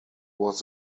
was